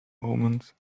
omens